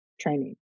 training